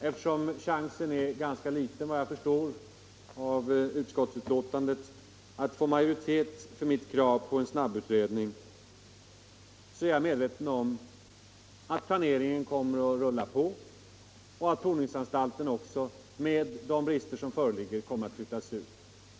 Eftersom chansen är ganska liten, vad jag förstår av utskottsbetänkandet, att få majoritet för mitt krav på en snabbutredning är jag medveten om att planeringen kommer att rulla på och att provningsanstalten också, med de brister som föreligger, kommer att flyttas ut.